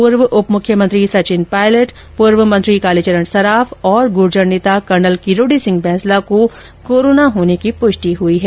पूर्व उप मुख्यमंत्री सचिन पायलट पूर्व मंत्री कालीचरण सराफ और गुर्जर नेता कर्नल किरोड़ी सिंह बैंसला को कोरोना होने की पुष्टि हुई है